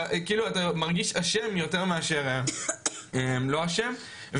אתה מרגיש אשם יותר מאשר לא אשם,